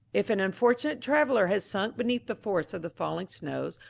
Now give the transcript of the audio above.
if an unfortunate traveller has sunk beneath the force of the falling snows,